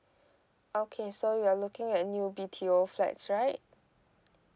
okay so we are looking at new B_T_O flats right